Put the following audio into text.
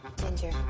Ginger